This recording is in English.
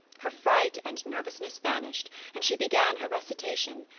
her fright and nervousness vanished and she began her recitation,